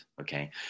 Okay